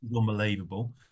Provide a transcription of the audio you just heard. unbelievable